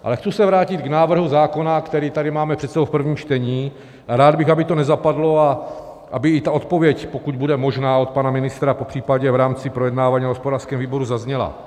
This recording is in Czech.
Ale chci se vrátit k návrhu zákona, který tady máme před sebou v prvním čtení, a rád bych, aby to nezapadlo a aby i ta odpověď, pokud bude možná, od pana ministra, popřípadě v rámci projednávání na hospodářském výboru, zazněla.